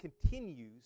continues